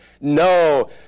No